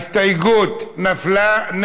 ההסתייגות נפלה.